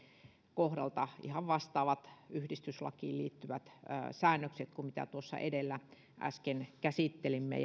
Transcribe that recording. kohdalta ihan vastaavat yhdistyslakiin liittyvät säännökset kuin mitä tuossa edellä äsken käsittelimme